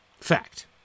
Fact